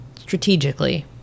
strategically